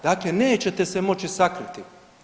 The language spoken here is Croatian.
Dakle nećete se moći sakriti.